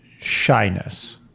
shyness